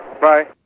Bye